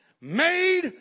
made